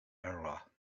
error